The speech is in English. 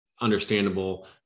understandable